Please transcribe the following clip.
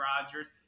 Rodgers